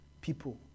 people